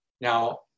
Now